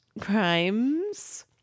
Crimes